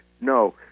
no